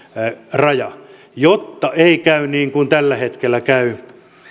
raja niin ei kävisi niin kuin tällä hetkellä käy